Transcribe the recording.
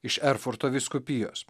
iš erfurto vyskupijos